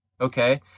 Okay